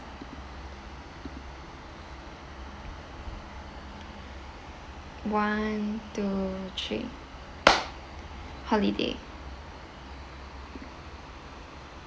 one two three holiday